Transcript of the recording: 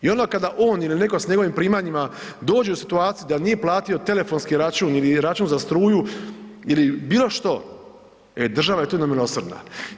I kada on ili neko s njegovim primanjima dođe u situaciju da nije platio telefonski račun ili račun za struju ili bilo što, e država je tu nemilosrdna.